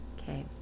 okay